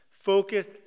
Focus